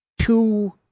Two